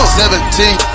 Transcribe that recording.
seventeen